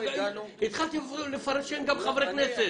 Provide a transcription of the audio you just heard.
התחלתם לפרשן גם חברי כנסת.